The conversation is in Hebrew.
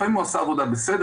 לפעמים הוא עשה עבודה בסדר,